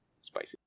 Spicy